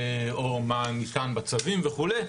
או מה ניתן בצווים וכולי,